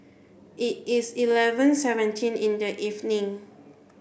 it is eleven seventeen in the evening